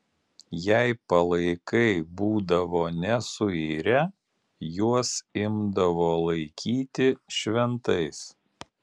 jei palaikai būdavo nesuirę juos imdavo laikyti šventais